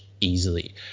easily